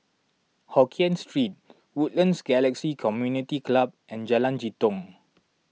Hokien Street Woodlands Galaxy Community Club and Jalan Jitong